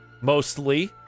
mostly